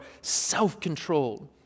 self-controlled